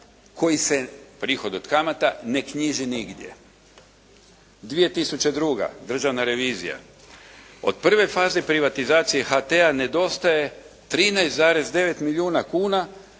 koji se, prihod od kamata, ne knjiži nigdje.» 2002. Državna revizija. Od prve faze privatizacije HT-a nedostaje 13,9 milijuna kuna